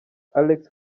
alex